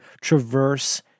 traverse